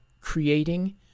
creating